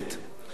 אנחנו ממשיכים